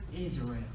Israel